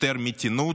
יותר מתינות,